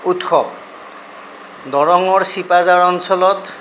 উৎসৱ দৰঙৰ ছিপাঝাৰ অঞ্চলত